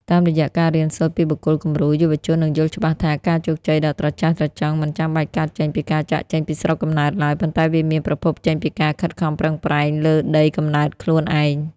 តាមរយៈការរៀនសូត្រពីបុគ្គលគំរូ យុវជននឹងយល់ច្បាស់ថា ការជោគជ័យដ៏ត្រចះត្រចង់មិនចាំបាច់កើតចេញពីការចាកចេញពីស្រុកកំណើតឡើយ ប៉ុន្តែវាមានប្រភពចេញពីការខិតខំប្រឹងប្រែងលើដីកំណើតខ្លួនឯង។